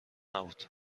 نبود